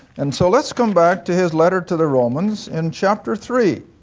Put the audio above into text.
and so lets come back to his letter to the romans in chapter three.